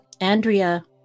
Andrea